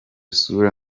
sura